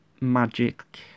magic